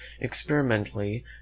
experimentally